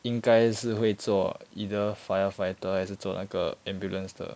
应该是会做 either firefighter 还是做那个 ambulance 的